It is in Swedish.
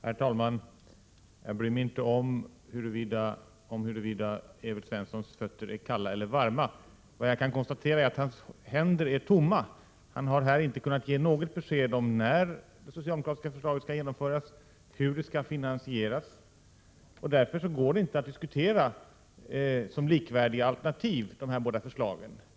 Herr talman! Jag bryr mig inte om huruvida Evert Svenssons fötter är kalla eller varma. Vad jag kan konstatera är att hans händer är tomma. Han har här inte kunnat ge något besked om när det socialdemokratiska förslaget skall genomföras eller hur det skall finansieras, och därför går det inte att diskutera de båda förslagen som likvärdiga alternativ.